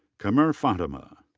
quamar fatima.